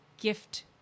gift